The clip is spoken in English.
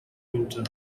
winter